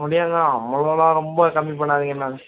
முடியாது மேம் அவ்வளோலாம் ரொம்பக் கம்மிப் பண்ணாதீங்க மேம்